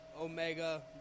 Omega